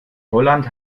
holland